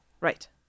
Right